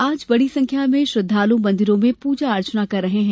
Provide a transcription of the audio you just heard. आज बड़ी संख्या में श्रद्वालू मन्दिरों में पूजा अर्चना कर रहे हैं